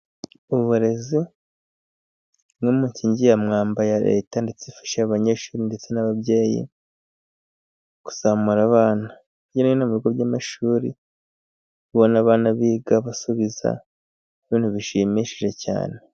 Uburezi ni imwe mu nkingi ya mwamba ya Leta, ndetse ifasha abanyeshuri ndetse n'ababyeyi kuzamura abana hirya no hino mu bigo by'amashuri, ubona abana biga, basubiza, ari ibintu bishimishije cyane.